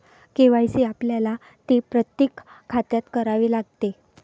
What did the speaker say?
KYC आपल्याला ते प्रत्येक खात्यात करावे लागते